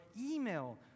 email